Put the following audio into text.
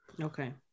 Okay